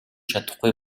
чадахгүй